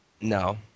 No